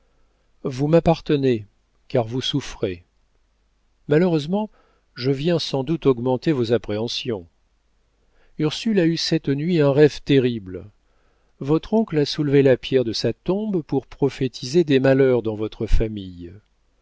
vous m'appartenez car vous souffrez malheureusement je viens sans doute augmenter vos appréhensions ursule a eu cette nuit un rêve terrible votre oncle a soulevé la pierre de sa tombe pour prophétiser des malheurs dans votre famille